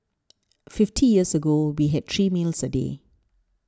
fifty years ago we had three meals a day